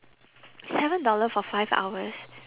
seven dollar for five hours